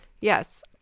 yes